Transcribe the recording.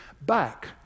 back